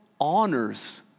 honors